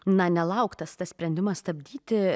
na nelauktas tas sprendimas stabdyti